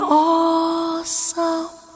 awesome